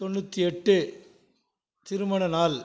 தொண்ணூற்று எட்டு திருமணநாள்